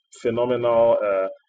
phenomenal